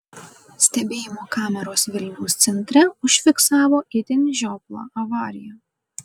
stebėjimo kameros vilniaus centre užfiksavo itin žioplą avariją